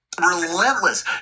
relentless